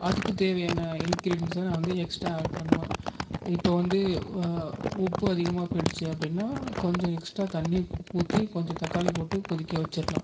அதுக்குத் தேவையான இன்கிரிடியன்ஸை நான் வந்து எக்ஸ்ட்டா ஆட் பண்ணுவன் இப்போ வந்து உப்பு அதிகமாக போய்டுச்சு அப்படின்னா கொஞ்சம் எக்ஸ்ட்டா தண்ணி ஊற்றி கொஞ்சம் தக்காளி போட்டு கொதிக்க வச்சிடலாம்